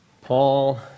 Paul